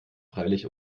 freilich